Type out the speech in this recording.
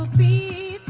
be